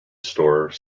store